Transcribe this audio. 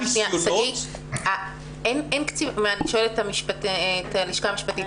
אני שואלת את הלשכה המשפטית,